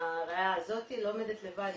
הראייה הזאת לא עומדת לבד.